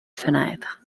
fenêtre